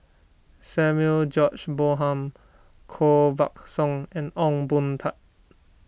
Samuel George Bonham Koh Buck Song and Ong Boon Tat